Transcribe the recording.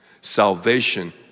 Salvation